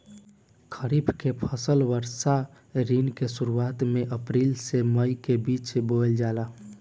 खरीफ के फसल वर्षा ऋतु के शुरुआत में अप्रैल से मई के बीच बोअल जाला